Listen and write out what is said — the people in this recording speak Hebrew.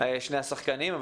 שני השחקנים.